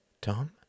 Tom